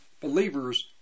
Believers